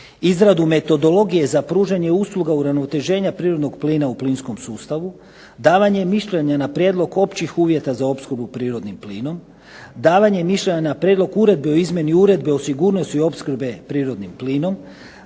izradu metodologije za pružanje usluga uravnoteženja prirodnog plina u plinskom sustavu, davanje mišljenja na prijedlog općih uvjeta za opskrbu prirodnim plinom, davanje mišljenja na prijedlog uredbe o izmjeni Uredbe o sigurnosti opskrbe prirodnim plinom.